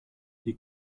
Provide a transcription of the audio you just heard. die